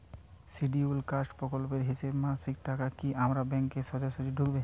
Scheduled caste প্রকল্পের হিসেবে মাসিক টাকা কি আমার ব্যাংকে সোজাসুজি ঢুকবে?